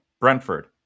Brentford